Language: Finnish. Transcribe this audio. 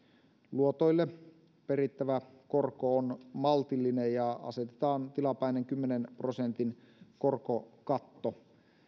luotoista perittävä korko on maltillinen ja asetetaan tilapäinen kymmenen prosentin korkokatto